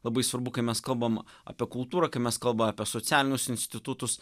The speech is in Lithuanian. labai svarbu kai mes kalbam apie kultūrą kai mes kalba apie socialinius institutus